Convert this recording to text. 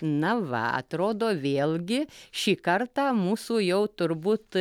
na va atrodo vėlgi šį kartą mūsų jau turbūt